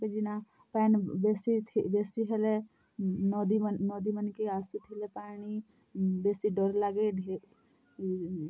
କାଏଁ କେଯେ ନା ପାଏନ୍ ବେଶୀ ଥି ବେଶୀ ହେଲେ ନଦୀ ମାନକେ ନଦୀ ମାନକେ ଆସୁଥିଲେ ପାଣି ବେଶୀ ଡ଼ର ଲାଗେ ଢ଼େ